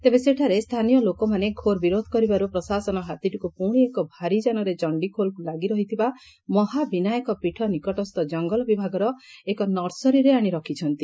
ତେବେ ସେଠାରେ ସ୍ରାନୀୟ ଲୋକମାନେ ଘୋର ବିରୋଧ କରିବାର୍ ପ୍ରଶାସନ ହାତୀଟିକୁ ପୁଶି ଏକ ଭାରିଯାନରେ ଚଣିଖୋଲକୁ ଲାଗି ରହିଥିବା ମହାବିନାୟକ ପୀଠ ନିକଟସ୍ଥ ଜଙ୍ଗଲ ବିଭାଗର ଏକନର୍ସରୀରେ ଆଣି ରଖିଛି